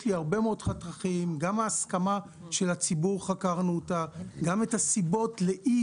חקרנו גם את ההסכמה של הציבור וגם את הסיבות לאי